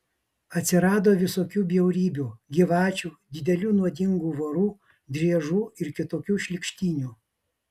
atsirado visokių bjaurybių gyvačių didelių nuodingų vorų driežų ir kitokių šlykštynių